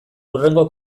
hurrengo